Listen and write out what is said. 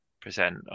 present